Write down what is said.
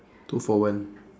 two for one